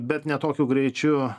bet ne tokiu greičiu